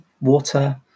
water